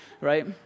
right